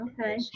Okay